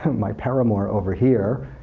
my paramour over here,